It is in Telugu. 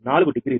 4 డిగ్రీ